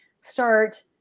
start